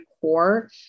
core